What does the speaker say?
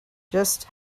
just